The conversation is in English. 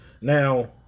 Now